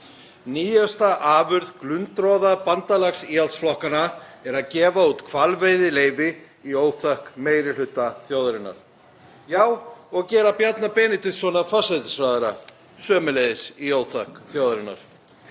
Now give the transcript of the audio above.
Nýjasta afurð glundroðabandalags íhaldsflokkanna er að gefa út hvalveiðileyfi í óþökk meiri hluta þjóðarinnar. Já, og gera Bjarna Benediktsson að forsætisráðherra, sömuleiðis í óþökk þjóðarinnar.